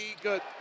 Good